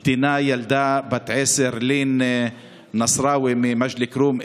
קטינה, ילדה בת 10, לין נסראווי ממג'דל כרום.